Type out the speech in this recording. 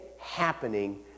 happening